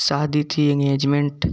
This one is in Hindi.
शादी थी एंगेजमेंट